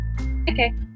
Okay